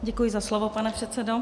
Děkuji za slovo, pane předsedo.